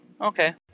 Okay